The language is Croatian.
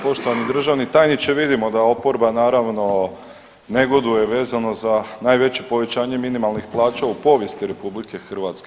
Poštovani državni tajniče vidimo da oporba naravno da negoduje vezano za najveće povećanje minimalnih plaća u povijesti RH.